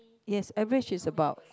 yes average is about